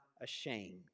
ashamed